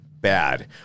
bad